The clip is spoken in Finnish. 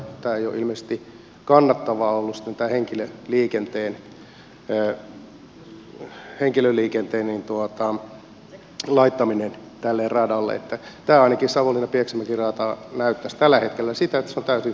ei ole ilmeisesti ollut kannattavaa tämä henkilöliikenteen laittaminen tälle radalle niin että ainakin tämä savonlinnapieksämäki rata näyttäisi tällä hetkellä siltä että se on täysin turha investointi